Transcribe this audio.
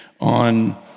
on